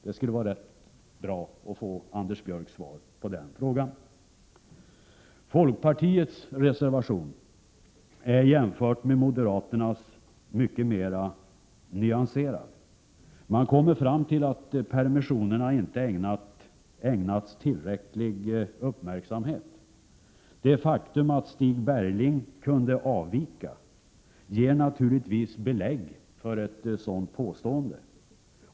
Det skulle vara bra om Anders Björck kunde ge ett svar på den frågan. Folkpartiets reservation är mycket mera nyanserad än moderaternas. Man kommer fram till att permissionerna inte har ägnats tillräcklig uppmärksamhet. Det faktum att Stig Bergling kunde avvika ger naturligtvis belägg för ett sådant påstående.